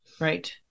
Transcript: Right